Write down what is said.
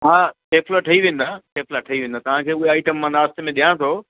हा थेपला ठही वेंदा थेपला ठही वेंदा तव्हांखे उहे आइटम मां नाश्ते में ॾिया थो